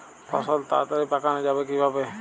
ফসল তাড়াতাড়ি পাকানো যাবে কিভাবে?